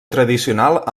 tradicional